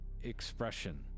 expression